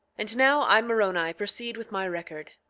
and now i, moroni, proceed with my record.